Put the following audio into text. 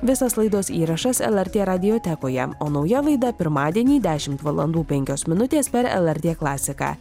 visas laidos įrašas lrt radijotekoje o nauja laida pirmadienį dešimt valandų penkios minutės per lrt klasiką